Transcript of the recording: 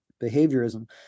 behaviorism